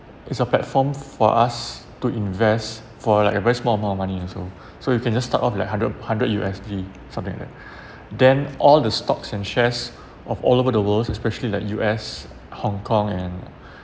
it's a platform for us to invest for like a very small amount of money also so you can just start off like hundred hundred U_S_D something like that then all the stocks and shares of all over the world especially like U_S Hong-Kong and